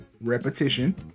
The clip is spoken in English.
repetition